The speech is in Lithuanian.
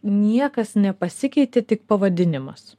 niekas nepasikeitė tik pavadinimas